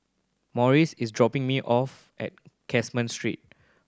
Marius is dropping me off at Street